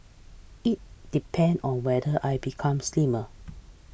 it depend on whether I become slimmer